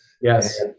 Yes